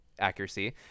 accuracy